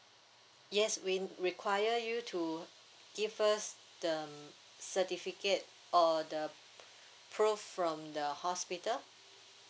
yes we require you to give us the um certificate or the proof from the hospital